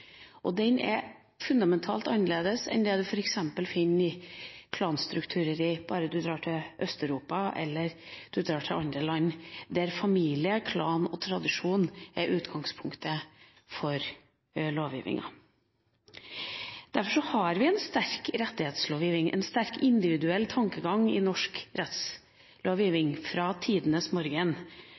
rettighetslovgiving. Den er fundamentalt annerledes enn den en f.eks. finner i klanstrukturer i Øst-Europa eller i andre land, der familie, klan og tradisjon er utgangspunktet for lovgivinga. Derfor har vi en sterk rettighetslovgiving, en sterk individuell tankegang i norsk rettslovgiving, fra tidenes morgen.